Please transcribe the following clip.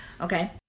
Okay